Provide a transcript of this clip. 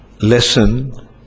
lesson